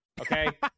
okay